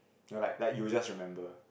no like like you will just remember